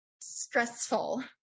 Stressful